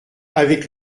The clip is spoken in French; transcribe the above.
avec